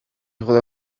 chwilio